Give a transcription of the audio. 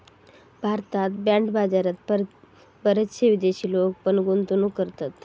भारतात बाँड बाजारात बरेचशे विदेशी लोक पण गुंतवणूक करतत